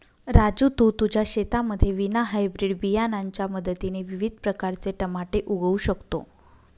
राजू तू तुझ्या शेतामध्ये विना हायब्रीड बियाणांच्या मदतीने विविध प्रकारचे टमाटे उगवू शकतो